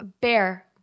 Bear